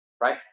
right